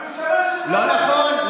לא נכון.